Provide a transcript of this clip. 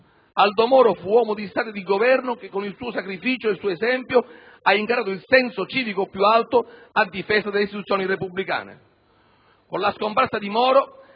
Aldo Moro fu uomo di Stato e di Governo che, con il suo sacrificio e il suo esempio, ha incarnato il senso civico più alto a difesa delle istituzioni repubblicane.